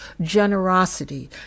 generosity